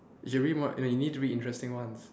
you should read more no you need to read interesting ones